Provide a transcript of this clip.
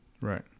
Right